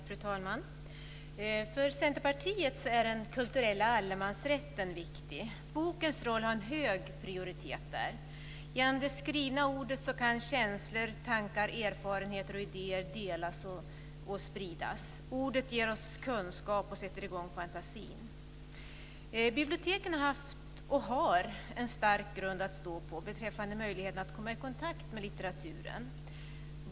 Fru talman! För Centerpartiet är den kulturella allemansrätten viktig. Bokens roll har en hög prioritet där. Genom det skrivna ordet kan känslor, tankar, erfarenheter och idéer delas och spridas. Ordet ger oss kunskap och sätter i gång fantasin. Biblioteken har haft och har en stark grund att stå på beträffande möjligheten att komma i kontakt med litteraturen.